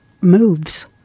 moves